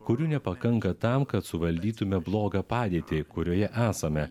kurių nepakanka tam kad suvaldytume blogą padėtį kurioje esame